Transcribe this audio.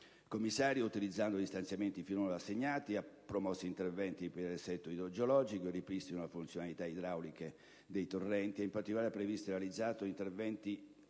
Il commissario, utilizzando gli stanziamenti fino ad ora assegnati, ha promosso interventi per il riassetto idrogeologico e per il ripristino delle funzionalità idrauliche dei torrenti locali e, in particolare, ha previsto e realizzato interventi